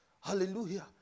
Hallelujah